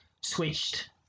switched